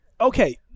Okay